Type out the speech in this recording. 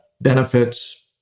benefits